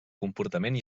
comportament